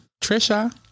Trisha